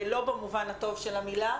לא במובן הטוב של המילה,